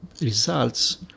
results